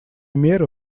меры